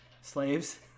slaves